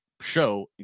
show